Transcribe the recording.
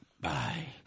Bye